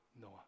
Noah